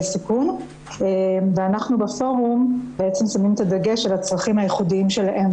סיכון ואנחנו בפורום שמים את הדגש על הצרכים הייחודיים שלהם.